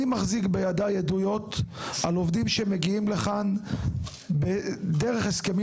אני מחזיק בידיי עדויות על עובדים שמגיעים לכאן דרך הסכמים